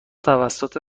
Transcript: توسط